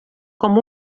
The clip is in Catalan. com